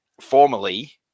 formally